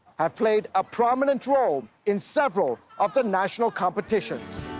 have played a prominent role in several of the national competitions.